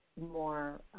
more